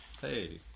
Hey